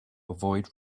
avoid